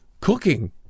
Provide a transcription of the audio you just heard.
cooking